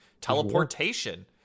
Teleportation